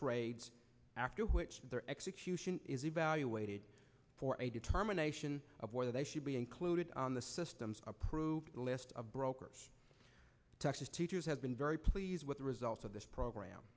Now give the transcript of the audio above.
trades after which their execution is evaluated for a determination of whether they should be included on the systems approved list of brokers texas teachers have been very pleased with the results of this program